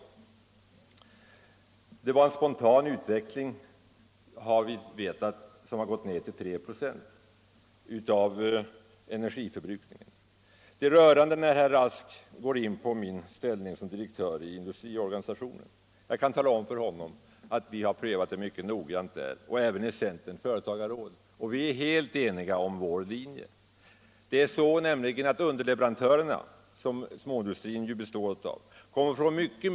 Även en spontan och ostyrd utveckling medför att ökningstakten för energiförbrukningen går ned till 3 96. Och det är rörande när herr Rask går in på min ställning som direktör i Svensk Industriförening. Jag kan tala om för herr Rask att jag och mina vänner har prövat saken mycket noggrant där och även i centerns företagarråd, och vi är helt eniga om vår linje. Det är nämligen bl.a. så att underleverantörerna, som ju småindustrin i stor utsträckning består av, kommer att få mycket.